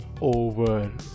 over